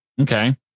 Okay